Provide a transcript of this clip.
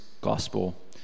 gospel